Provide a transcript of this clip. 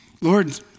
Lord